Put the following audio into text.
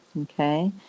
Okay